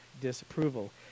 disapproval